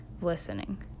listening